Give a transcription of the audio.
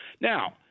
Now